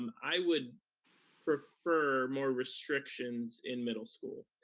um i would prefer more restrictions in middle school.